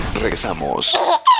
Regresamos